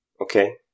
Okay